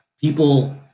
People